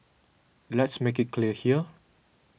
let's make it clear here